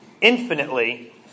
infinitely